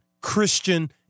Christian